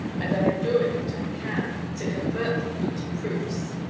and i am doing what i can to convert them into proofs.